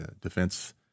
Defense